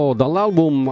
dall'album